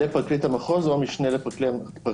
פרקליט המחוז או המשנה לו.